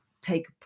take